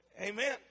Amen